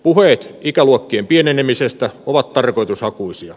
puheet ikäluokkien pienenemisestä ovat tarkoitushakuisia